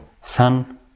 son